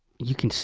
you can,